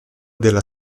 della